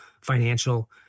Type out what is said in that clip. financial